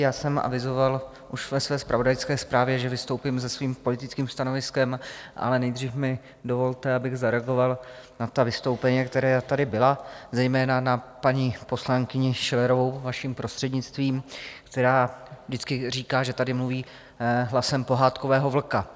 Já jsem avizoval už ve své zpravodajské zprávě, že vystoupím se svým politickým stanoviskem, ale nejdřív mi dovolte, abych zareagoval na ta vystoupení, která tady byla, zejména na paní poslankyni Schillerovou, vaším prostřednictvím, která vždycky říká, že tady mluví hlasem pohádkového vlka.